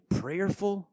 prayerful